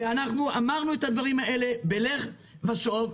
אמרנו את הדברים האלה בלך ושוב.